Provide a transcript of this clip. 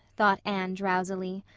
thought anne, drowsily.